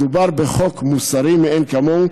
מדובר בחוק מוסרי מאין כמוהו,